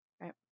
right